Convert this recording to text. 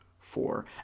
four